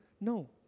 no